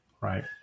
Right